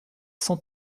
cent